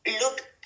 look